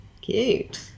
Cute